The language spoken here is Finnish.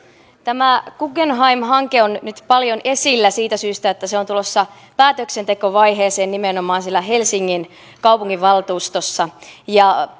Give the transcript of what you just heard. tämä guggenheim hanke on nyt paljon esillä siitä syystä että se on tulossa päätöksentekovaiheeseen nimenomaan siellä helsingin kaupunginvaltuustossa